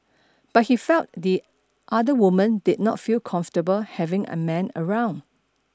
but he felt the other woman did not feel comfortable having a man around